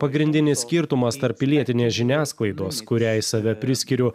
pagrindinis skirtumas tarp pilietinės žiniasklaidos kuriai save priskiriu